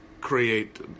create